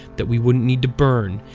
that we wouldn't need to burn,